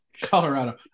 Colorado